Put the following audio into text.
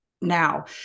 now